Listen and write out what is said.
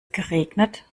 geregnet